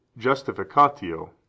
justificatio